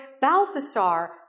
Balthasar